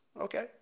Okay